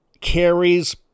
carrie's